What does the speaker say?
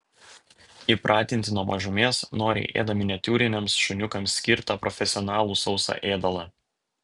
įpratinti nuo mažumės noriai ėda miniatiūriniams šuniukams skirtą profesionalų sausą ėdalą